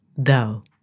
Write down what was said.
DAO